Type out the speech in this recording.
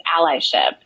allyship